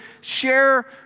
share